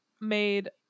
Made